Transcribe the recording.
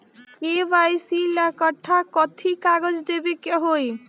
KYC ला कट्ठा कथी कागज देवे के होई?